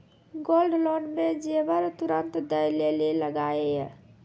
Gold loan मे जेबर तुरंत दै लेली लागेया?